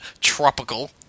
tropical